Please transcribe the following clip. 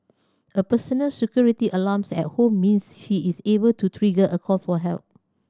a personal security alarm at home means she is able to trigger a call for help